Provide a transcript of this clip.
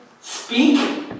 speak